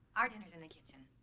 our dinner's in the kitchen.